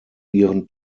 ihren